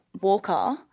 Walker